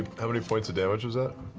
how many points of damage was ah